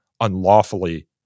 unlawfully